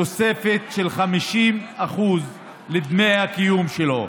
תוספת של 50% לדמי הקיום שלו.